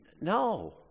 No